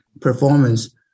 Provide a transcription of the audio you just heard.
performance